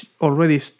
already